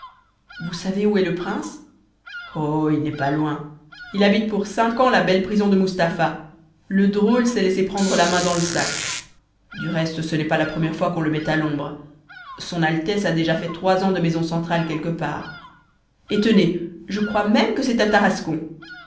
vous savez ou est le prince oh il n'est pas loin il habite pour cinq ans la belle prison de mustapha le drôle s'est laissé prendre la main dans le sac du reste ce n'est pas la première fois qu'on le met à l'ombre son altesse a déjà fait trois ans de maison centrale quelque part et tenez je crois même que c'est à